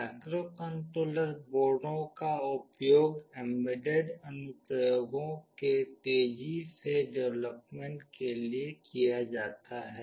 microcontroller बोर्डों का उपयोग एम्बेडेड अनुप्रयोगों के तेजी से डेवलपमेंट के लिए किया जाता है